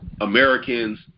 Americans